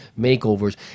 makeovers